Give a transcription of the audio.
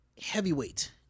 heavyweight